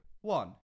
one